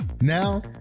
Now